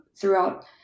throughout